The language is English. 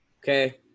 okay